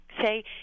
say